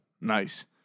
Nice